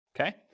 okay